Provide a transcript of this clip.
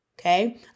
Okay